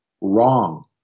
wrong